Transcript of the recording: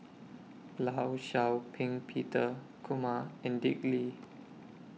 law Shau Ping Peter Kumar and Dick Lee